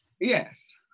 Yes